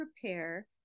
prepare